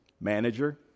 manager